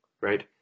right